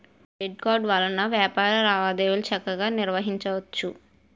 credit card వలన వ్యాపార లావాదేవీలు చక్కగా నిర్వహించవచ్చు